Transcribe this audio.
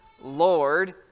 Lord